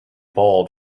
bald